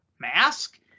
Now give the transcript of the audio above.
mask